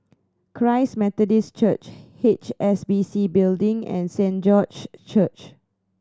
Christ Methodist Church H S B C Building and Saint George's Church